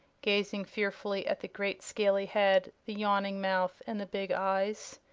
gazing fearfully at the great scaley head, the yawning mouth and the big eyes.